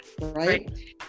Right